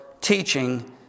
teaching